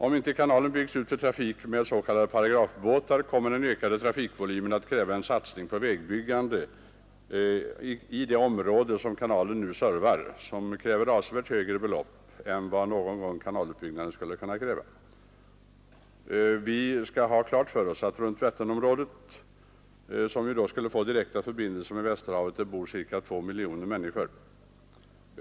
Om inte kanalen byggs ut för trafik med s.k. paragrafbåtar kommer den ökade trafikvolymen att kräva en satsning på vägbyggande i det område som kanalen nu servar, och detta kräver avsevärt högre belopp än vad någon gång kanalutbyggnaden skulle kunna kräva. Vi skall ha klart för oss att i Vätternområdet, som ju då skulle få direkta förbindelser med Västerhavet, bor cirka två miljoner människor.